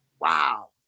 wow